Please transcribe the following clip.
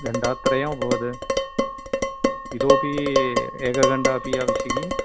घण्टात्रयम् अभवत् इतोऽपि एकघण्टा अपि आवश्यकी